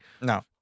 no